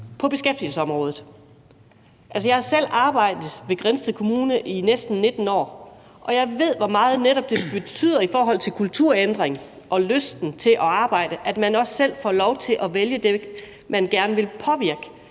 der er afgørende. Jeg har selv arbejdet i Grindsted Kommune i næsten 19 år, og jeg ved, hvor meget det netop betyder i forhold til kulturændring og lysten til at arbejde, at man også selv får lov til at vælge det, man gerne vil påvirke.